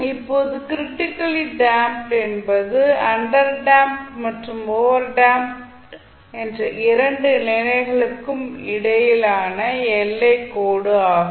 இப்போது critically damped என்பது under damped மற்றும் ஓவர் டேம்ப்ட் என்ற இரண்டு நிலைகளுக்கும் இடையிலான எல்லைக் கோடு ஆகும்